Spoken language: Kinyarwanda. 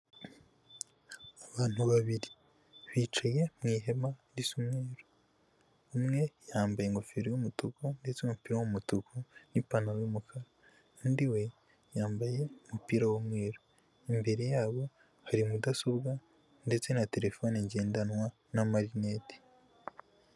Abantu babiri bicaye mu ihema risa umweru, umwe yambaye ingofero y'umutuku ndetse n'umupira w'umutuku n'ipantaro y'umukara .Undi we yambaye umupira w'umweru, imbere yabo hari mudasobwa ndetse na terefone ngendanwa n'amarinete.